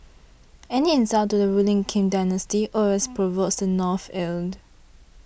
any insult to the ruling Kim dynasty always provokes the North's ire